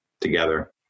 together